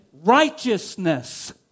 righteousness